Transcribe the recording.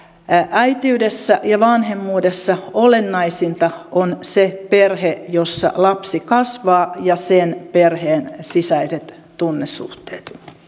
äitiydessä ja vanhemmuudessa olennaisinta on se perhe jossa lapsi kasvaa ja sen perheen sisäiset tunnesuhteet